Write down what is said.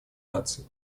наций